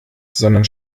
sondern